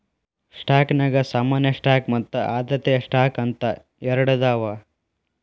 ಸ್ಟಾಕ್ನ್ಯಾಗ ಸಾಮಾನ್ಯ ಸ್ಟಾಕ್ ಮತ್ತ ಆದ್ಯತೆಯ ಸ್ಟಾಕ್ ಅಂತ ಎರಡದಾವ